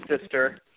sister